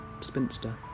spinster